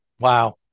Wow